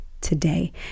today